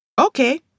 Okay